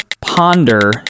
Ponder